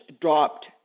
dropped